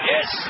Yes